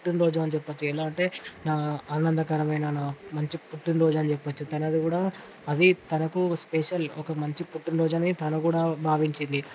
పుట్టినరోజుని చెప్పచ్చు ఎలా అంటే నా ఆనందకరమైన నా మంచి పుట్టినరోజు అని చెప్పచ్చు తను కూడా అది తనకు స్పెషల్ ఒక మంచి పుట్టినరోజు అని తను కూడా భావించింది